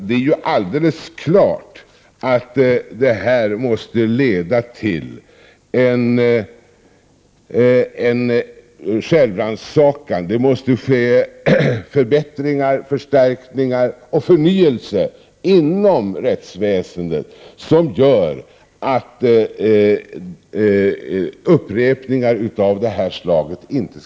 Det är alldeles klart att allt det som har förevarit måste leda till en självrannsakan. Det måste ske förbättringar, förstärkningar och förnyelse inom rättsväsendet, något som omöjliggör en upprepning av det som har skett.